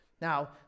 Now